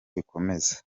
bikomeza